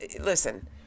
listen